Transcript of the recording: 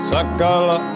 Sakala